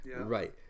right